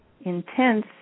intense